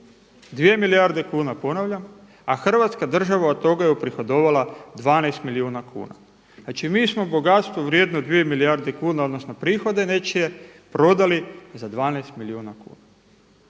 2 milijarde kuna ponavljam, a Hrvatska država od toga je uprihodovala 12 milijuna kuna. Znači mi smo bogatstvo vrijedno 2 milijarde kuna, odnosno prihode nečije prodali za 12 milijuna kuna.